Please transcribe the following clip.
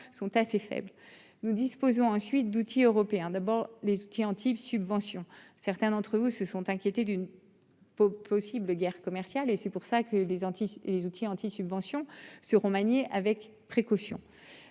sont assez faibles. Nous disposons ensuite d'outils européen d'abord les outils Antibes subventions certains d'entre vous se sont inquiétés d'une. Possible guerre commerciale et c'est pour ça que les anti les outils anti-subventions seront manier avec précaution.